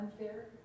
Unfair